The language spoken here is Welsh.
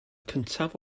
cyntaf